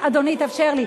אדוני, תאפשר לי.